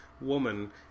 woman